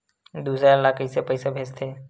दूसरा ला कइसे पईसा भेजथे?